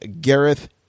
Gareth